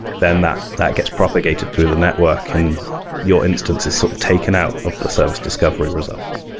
then that that gets propagated through the network and your instance is sort of taken out of the server discovery results.